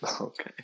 Okay